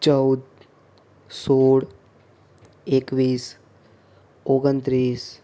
ચૌદ સોળ એકવીસ ઓગણત્રીસ